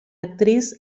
actriz